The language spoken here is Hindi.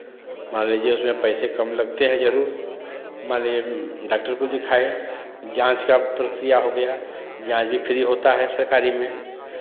मान लीजिए उसमें पैसे कम लगते हैं जरूर मान लीजिये डाक्टर को दिखाए जांच का प्रक्रिया हो गया जांच भी फ्री होता है सरकारी में